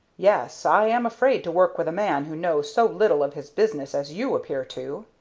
yes, i am afraid to work with a man who knows so little of his business as you appear to,